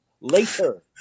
Later